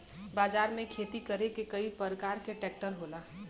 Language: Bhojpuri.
बाजार में खेती करे के कई परकार के ट्रेक्टर होला